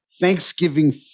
Thanksgiving